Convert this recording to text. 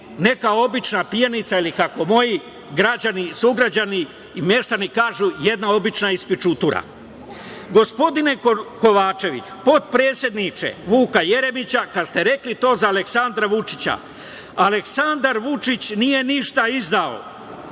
neka obična pijanica ili, kako moji građani, sugrađani i meštani kažu - jedna obična ispičutura. Gospodine Kovačeviću, potpredsedniče Vuka Jeremića, kada ste rekli to za Aleksandra Vučića, Aleksandar Vučić nije ništa izdao